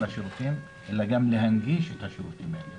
השירותים אלא גם להנגיש את השירותים האלה.